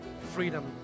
freedom